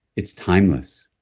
it's timeless.